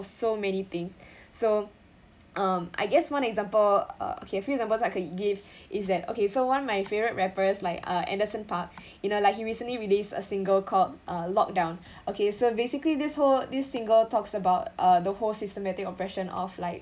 so many things so um I guess one example uh okay few examples I could give is that okay so one of my favourite rappers like uh anderson paak you know like he recently released a single called uh lockdown uh okay so basically this whole this single talks about uh the whole systematic oppression of like